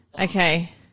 Okay